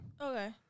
Okay